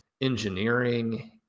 engineering